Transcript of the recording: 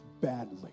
badly